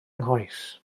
nghoes